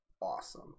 awesome